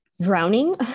drowning